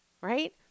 right